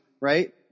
right